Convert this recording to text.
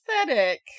pathetic